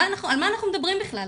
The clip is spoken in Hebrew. על מה אנחנו מדברים בכלל?